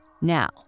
Now